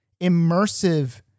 immersive